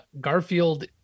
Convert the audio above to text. Garfield